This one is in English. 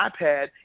iPad